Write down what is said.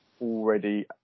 already